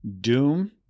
Doom